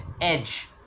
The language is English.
edge